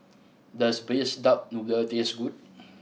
does Braised Duck Noodle taste good